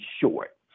short